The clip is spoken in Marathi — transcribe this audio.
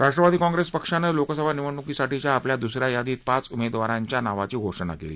राष्ट्रवादी काँग्रेस पक्षानं लोकसभा निवडणुकीसाठीच्या आपल्या दुस या यादीत पाच उमेदवारांच्या नावाची घोषणा केली